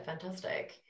fantastic